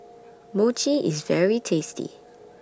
Mochi IS very tasty